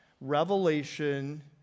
revelation